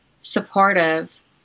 supportive